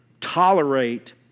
tolerate